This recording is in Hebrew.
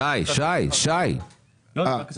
שי, מה זה?